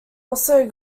also